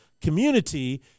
community